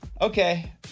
Okay